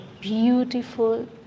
beautiful